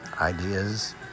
ideas